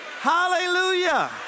Hallelujah